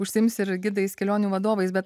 užsiims ir gidais kelionių vadovais bet